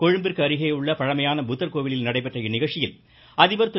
கொழும்பிற்கு அருகேயுள்ள பழமையான புத்தர் கோவிலில் நடைபெற்ற இந்நிகழ்ச்சியில் அதிபர் திரு